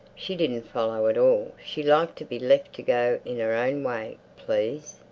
she didn't follow at all. she liked to be left to go in her own way, please.